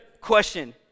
question